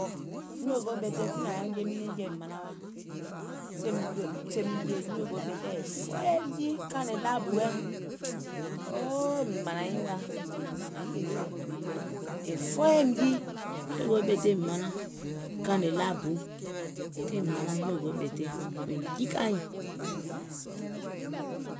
Nyòògoò ɓète tiŋ nàŋ yaȧ jeim nɛ̀ŋjeɛ̀ manaŋ wa. Sèèìm jè nyòògoò ɓèteɛ̀ è fɔɔyɛ̀ìm jii kàànè laabuɛ̀. O o o, mànȧiŋ wa, manaŋ kèè nyòògoò ɓèteɛ̀, è fɔɔyɛ̀ìm jii, nyòògoò ɓète manaŋ kȧȧnè laabu, tiŋ manaŋ, nyòògoò ɓète, mìŋ jikàiŋ.